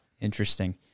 Interesting